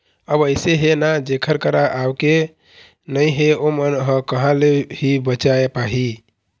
अब अइसे हे ना जेखर करा आवके नइ हे ओमन ह कहाँ ले ही बचाय पाही